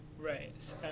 Right